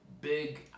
big